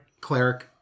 Cleric